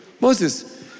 Moses